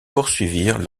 poursuivirent